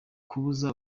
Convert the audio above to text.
kubuza